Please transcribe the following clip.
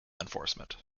enforcement